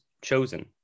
Chosen